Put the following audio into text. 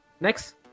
Next